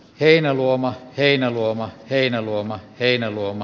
heinäluoma heinäluoma heinäluoma heinäluoma